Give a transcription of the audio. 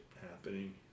happening